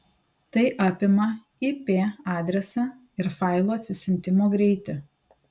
tai apima ip adresą ir failų atsisiuntimo greitį